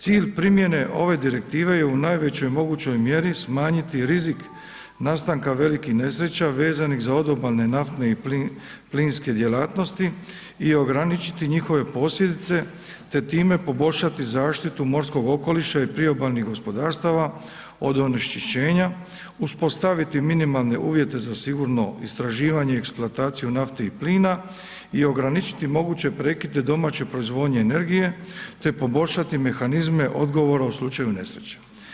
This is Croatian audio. Cilj primjene ove Direktive je u najvećoj mogućoj mjeri smanjiti rizik nastanka velikih nesreća vezanih za odobalne, naftne i plinske djelatnosti i ograničiti njihove posljedice, te time poboljšati zaštitu morskog okoliša i priobalnih gospodarstava od onečišćenja, uspostaviti minimalne uvjete za sigurno istraživanje i eksploataciju nafte i plina i ograničiti moguće prekide domaće proizvodnje energije, te poboljšati mehanizme odgovora u slučaju nesreće.